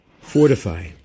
fortify